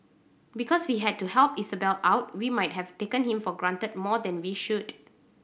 because we had to help Isabelle out we might have taken him for granted more than we should